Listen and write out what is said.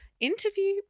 interview